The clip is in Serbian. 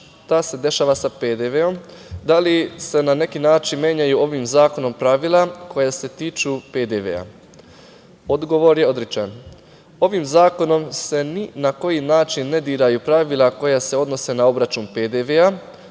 šta se dešava sa PDV-om, da li se na neki način menjaju ovim zakonom pravila koja se tiču PDV. Odgovor je odričano. Ovim zakonom se ni na koji način ne diraju pravila koja se odnose na obračun PDV,